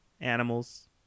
animals